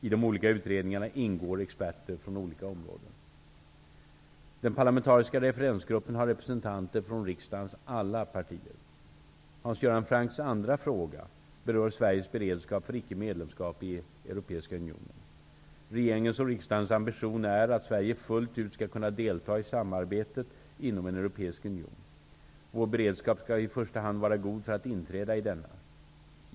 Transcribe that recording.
I de olika utredningarna ingår experter från olika områden. Den parlamentariska referensgruppen har representanter för riksdagens alla partier. Hans Göran Francks andra fråga berör Sveriges beredskap för icke-medlemskap i Europeiska unionen. Regeringens och riksdagens ambition är att Sverige fullt ut skall kunna delta i samarbetet inom en europeisk union. Vår beredskap skall i första hand vara god för ett inträde i denna.